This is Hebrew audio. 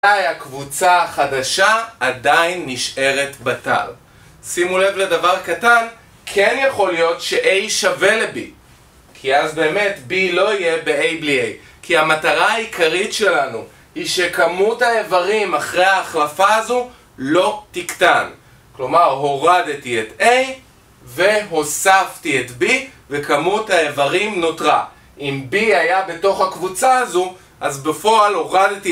הקבוצה החדשה עדיין נשארת בט"ל שימו לב לדבר קטן כן יכול להיות ש-A שווה ל-B כי אז באמת B לא יהיה ב-A בלי-A כי המטרה העיקרית שלנו היא שכמות האיברים אחרי ההחלפה הזו לא תקטן כלומר הורדתי את A והוספתי את B וכמות האיברים נותרה אם B היה בתוך הקבוצה הזו אז בפועל הורדתי